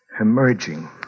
emerging